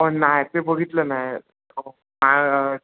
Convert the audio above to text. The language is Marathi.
नाही ते बघितलं नाही मा